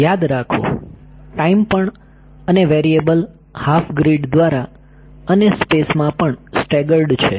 યાદ રાખો ટાઈમ પણ અને વેરિએબલ હાફ ગ્રીડ દ્વારા અને સ્પેસ માં પણ સ્ટેગર્ડ છે